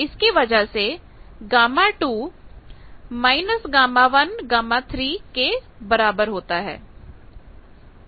इसी वजह से Γ2−Γ1 Γ 3 के बराबर होता है